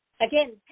Again